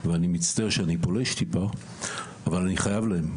אני מצטער שאני גולש קצת אבל אני חייב להם,